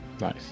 Nice